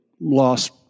lost